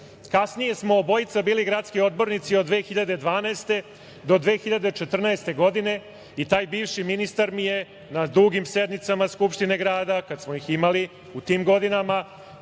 Kasnije smo obojica bili gradski odbornici od 2012. godine do 2014. godine i taj bivši ministar mi je na dugim sednicama Skupštine grada, kada smo ih imali u tim godinama,